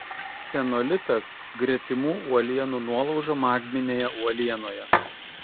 ksenolitas gretimų uolienų nuolauža magminėje uolienoje